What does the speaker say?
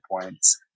points